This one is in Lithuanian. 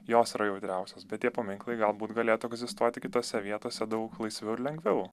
jos yra jautriausios bet tie paminklai galbūt galėtų egzistuoti kitose vietose daug laisviau ir lengviau